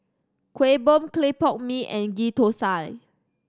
Kuih Bom clay pot mee and Ghee Thosai